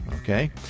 Okay